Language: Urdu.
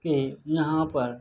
کہ یہاں پر